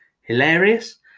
hilarious